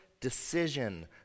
decision